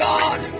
God